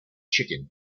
chicken